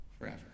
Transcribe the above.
forever